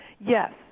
Yes